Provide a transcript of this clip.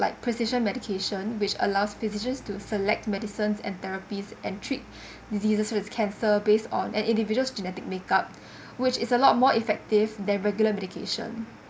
like precision medication which allows physicians to select medicines and therapies and treat diseases with cancer based on an individual's genetic makeup which is a lot more effective than regular medication